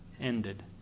ended